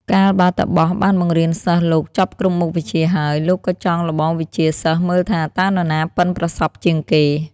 កាលបើតាបសបានបង្រៀនសិស្សលោកចប់គ្រប់មុខវិជ្ជាហើយ លោកក៏ចង់ល្បងវិជ្ជាសិស្សមើលថា តើនរណាប៉ិនប្រសប់ជាងគេ។